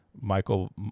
Michael